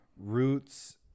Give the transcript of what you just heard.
Roots